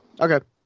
Okay